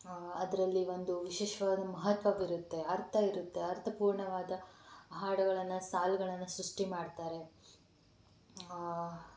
ಅದರಲ್ಲಿ ಒಂದು ವಿಶಿಷ್ಟವಾದ ಮಹತ್ವವಿರುತ್ತೆ ಅರ್ಥ ಇರುತ್ತೆ ಅರ್ಥ ಪೂರ್ಣವಾದ ಹಾಡುಗಳನ್ನು ಸಾಲುಗಳನ್ನು ಸೃಷ್ಟಿ ಮಾಡ್ತಾರೆ